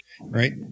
Right